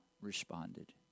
responded